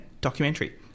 documentary